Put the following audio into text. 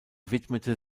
widmete